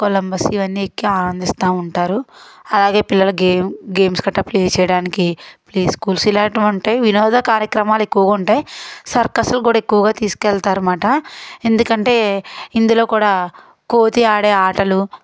Columbus ఇవన్నీ ఎక్కి ఆనందిస్తు ఉంటారు అలాగే పిల్లల గేమ్ గేమ్స్ కట్టా ప్లే చేయడానికి ప్లే స్కూల్స్ ఇలాంటి ఉంటాయి వినోద కార్యక్రమాలు ఎక్కువగా ఉంటాయి సర్కస్ కూడా ఎక్కువగా తీసుకెళ్తారు అన్నమాట ఎందుకంటే ఇందులో కూడా కోతి ఆడే ఆటలు